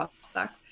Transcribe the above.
sucks